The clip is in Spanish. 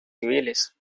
civiles